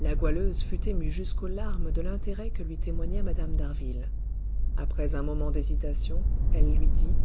la goualeuse fut émue jusqu'aux larmes de l'intérêt que lui témoignait mme d'harville après un moment d'hésitation elle lui dit